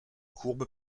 courbe